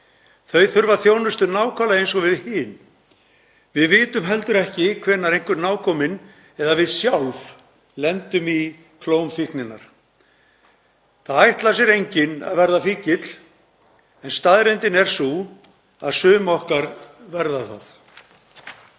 Þau þurfa þjónustu nákvæmlega eins og við hin. Við vitum heldur ekki hvenær einhver nákominn eða við sjálf lendum í klóm fíkninnar. Það ætlar sér enginn að verða fíkill en staðreyndin er sú að sum okkar verða það.